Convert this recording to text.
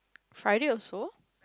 Friday also